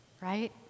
right